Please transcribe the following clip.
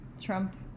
trump